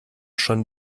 schon